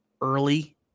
early